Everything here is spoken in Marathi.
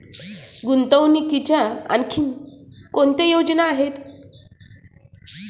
गुंतवणुकीच्या आणखी कोणत्या योजना आहेत?